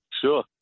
sure